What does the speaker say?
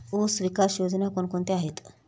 ऊसविकास योजना कोण कोणत्या आहेत?